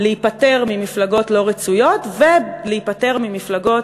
להיפטר ממפלגות לא רצויות ולהיפטר ממפלגות